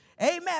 Amen